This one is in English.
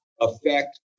affect